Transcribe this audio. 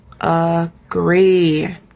agree